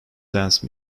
dance